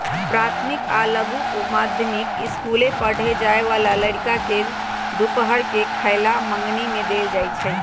प्राथमिक आ लघु माध्यमिक ईसकुल पढ़े जाय बला लइरका के दूपहर के खयला मंग्नी में देल जाइ छै